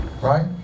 right